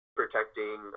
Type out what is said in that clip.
protecting